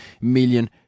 million